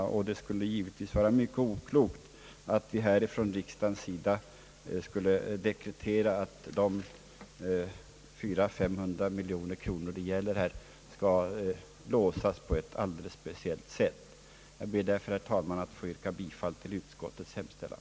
Jag anser att det skulle vara mycket oklokt att vi nu från riksdagens sida skulle dekretera att de 400 å 500 miljoner kronor det här gäller skall låsas på ett alldeles speciellt sätt. Jag ber, herr talman, att få yrka bifall till utskottets hemställan.